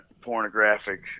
pornographic